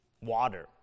water